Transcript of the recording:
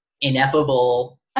ineffable